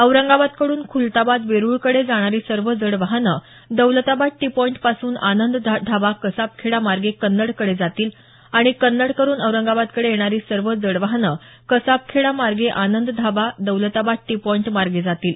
औरंगाबाद कडून खुलताबाद वेरुळकडे जाणारी सर्व जड वाहनं दौलताबाद टी पॉईंट पासून आनंद धाबा कसाबखेडा मार्गे कन्नडकडे जातील आणि कन्नड कडून औरंगाबादकडे येणारी सर्व जड वाहनं कसाबखेडा मार्गे आनंद धाबा दौलताबाद टी पॉईंट मार्गे जातील